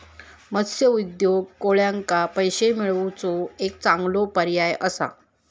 मत्स्य उद्योग कोळ्यांका पैशे मिळवुचो एक चांगलो पर्याय असा